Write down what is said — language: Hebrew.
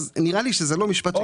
אז נראה לי שזה לא משפט,